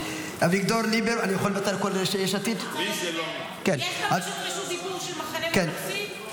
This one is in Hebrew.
יש בקשות רשות דיבור של המחנה הממלכתי?